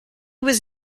was